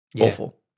Awful